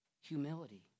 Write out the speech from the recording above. humility